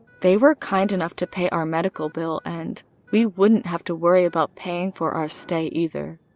they were kind enough to pay our medical bill and we wouldn't have to worry about paying for our stay either.